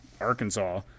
Arkansas